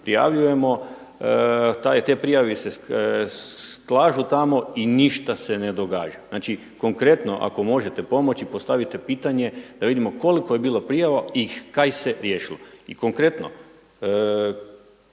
Prijavljujemo. Te prijave se slažu tamo i ništa se ne događa. Znači konkretno ako možete pomoći postavite pitanje da vidimo koliko je bilo prijava i kaj se riješilo. I konkretno,